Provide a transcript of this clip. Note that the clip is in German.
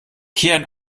kehren